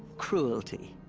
cruelty.